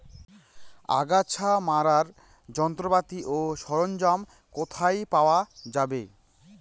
আগাছা মারার যন্ত্রপাতি ও সরঞ্জাম কোথায় পাওয়া যাবে?